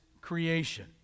creation